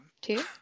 Two